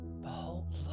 behold